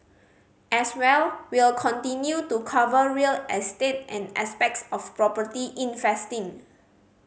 as well we'll continue to cover real estate and aspects of property investing